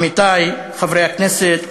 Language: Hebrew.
עמיתי חברי הכנסת,